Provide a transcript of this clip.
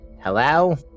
Hello